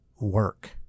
work